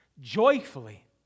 joyfully